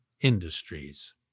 industries